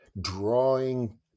drawing